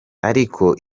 ariko